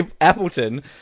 Appleton